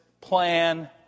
plan